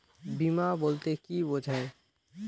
বিমা বলতে কি বোঝায়?